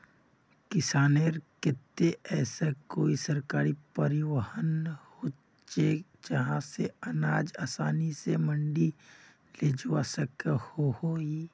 किसानेर केते ऐसा कोई सरकारी परिवहन होचे जहा से अनाज आसानी से मंडी लेजवा सकोहो ही?